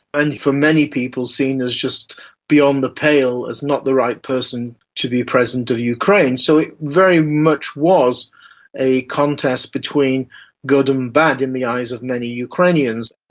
and for many people seen as just beyond the pale, as not the right person to be president of ukraine. so it very much was a contest between good and bad in the eyes of many ukrainians.